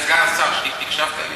סגן השר, הקשבת לי?